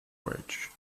bridge